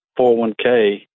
401k